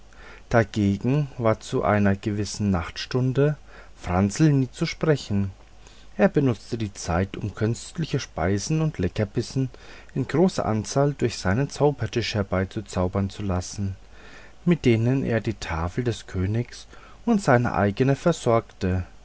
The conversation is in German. dagegen war zu einer gewissen nachtstunde franzel nie zu sprechen er benutzte diese zeit um köstliche speisen und leckerbissen in großer anzahl durch sein zaubertischchen herbeizaubern zu lassen mit denen er die tafel des königs und seine eigne versorgte